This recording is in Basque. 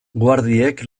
guardiek